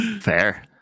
Fair